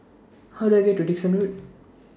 How Do I get to Dickson Road